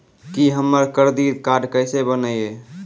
की हमर करदीद कार्ड केसे बनिये?